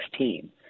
2016